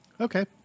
Okay